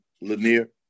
Lanier